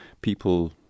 people